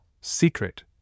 secret